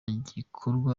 gikorwa